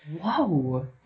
Whoa